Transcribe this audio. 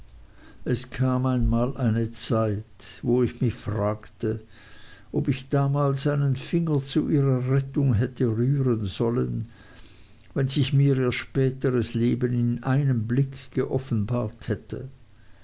es kam einmal eine zeit wo ich mich fragte ob ich damals einen finger zu ihrer rettung hätte rühren sollen wenn sich mir ihr späteres leben in einem blick geoffenbart hätte